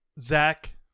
Zach